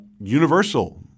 Universal